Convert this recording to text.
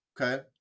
okay